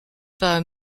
pas